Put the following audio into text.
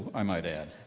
i might add.